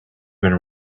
been